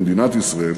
במדינת ישראל,